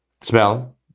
smell